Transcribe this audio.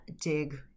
dig